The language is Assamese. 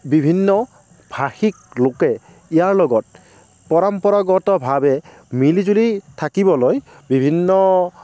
বিভিন্ন ভাষিক লোকে ইয়াৰ লগত পৰম্পৰাগতভাৱে মিলি জুলি থাকিবলৈ বিভিন্ন